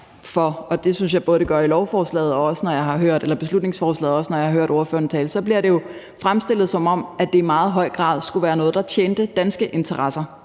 og det synes jeg både det gør i beslutningsforslaget og også, når jeg har hørt ordførerne tale – som om det i meget høj grad skulle være noget, der tjener danske interesser,